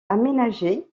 aménagés